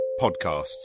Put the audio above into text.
podcasts